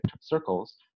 circles